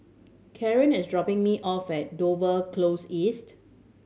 Kaaren is dropping me off at Dover Close East